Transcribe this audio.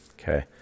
Okay